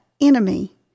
enemy